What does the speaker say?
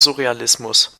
surrealismus